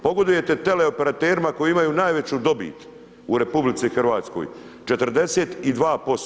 Pogodujete teleoperaterima koji imaju najveću dobit u RH, 42%